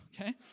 Okay